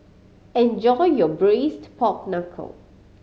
enjoy your Braised Pork Knuckle